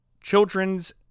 children's